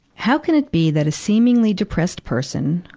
how can it be that a seemingly depressed person,